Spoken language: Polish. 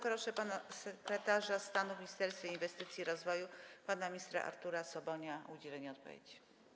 Proszę sekretarza stanu w Ministerstwie Inwestycji i Rozwoju pana ministra Artura Sobonia o udzielenie odpowiedzi.